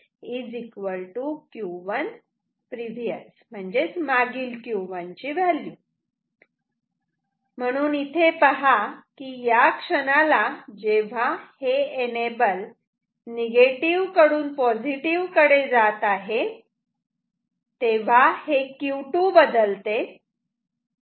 Q2 Q1 Q1prev म्हणून इथे पहा की या क्षणाला जेव्हा हे एनेबल निगेटिव कडून पॉझिटिव्ह कडे जात आहे तेव्हा हे Q2 बदलते